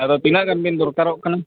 ᱟᱫᱚ ᱛᱤᱱᱟᱹᱜ ᱜᱟᱱ ᱵᱤᱱ ᱫᱚᱨᱠᱟᱨᱚᱜ ᱠᱟᱱ